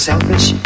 selfish